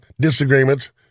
disagreements